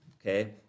okay